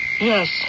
Yes